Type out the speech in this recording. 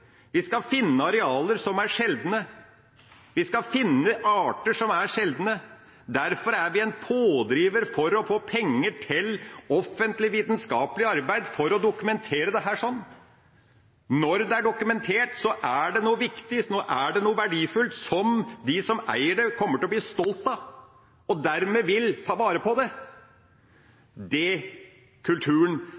Vi skal finne arealer som er sjeldne, vi skal finne arter som er sjeldne, og derfor er vi en pådriver for å få penger til offentlig vitenskapelig arbeid for å dokumentere dette. Når det er dokumentert, så er det noe viktig, noe verdifullt, som de som eier det, kommer til å bli stolte av og dermed vil ta vare på. Kulturen blir ødelagt når en legger opp til et slikt prosentvern, og det